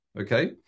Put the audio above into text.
Okay